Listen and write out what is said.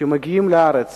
שמגיעים לארץ